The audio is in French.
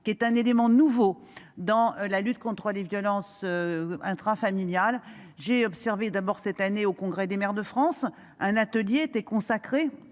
qui est un élément nouveau dans la lutte contre les violences. Intrafamiliales j'ai observé d'abord cette année au congrès des maires de France, un atelier était consacré.